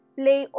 play